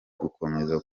gukomeza